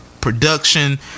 production